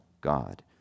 God